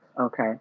Okay